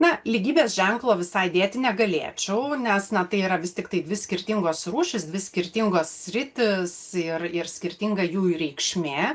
na lygybės ženklo visai dėti negalėčiau nes na tai yra vis tiktai dvi skirtingos rūšys dvi skirtingos sritys ir ir skirtinga jų ir reikšmė